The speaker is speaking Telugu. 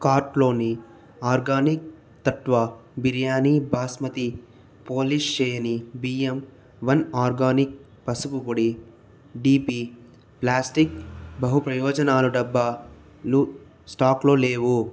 కార్ట్లోని ఆర్గానిక్ తత్వ బిర్యానీ బాస్మతి పోలిష్ చెయ్యని బియ్యం వన్ ఆర్గానిక్ పసుపు పొడి డీపి ప్లాస్టిక్ బాహుప్రయోజనాల డబ్బాలు స్టాకులో లేవు